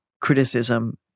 criticism